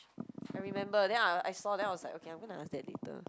I remember then I I saw then I was like okay I'm gonna ask that later